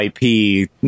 IP